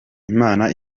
imana